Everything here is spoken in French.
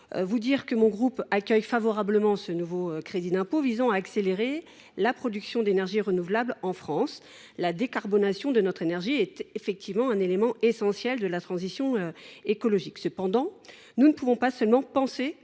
Solidarité et Territoires accueille favorablement ce nouveau crédit d’impôt visant à accélérer la production d’énergies renouvelables en France : la décarbonation de notre énergie est bel et bien un élément essentiel de la transition écologique. Cependant, on ne saurait penser seulement à